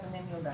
אז אינני יודעת.